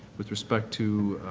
with respect to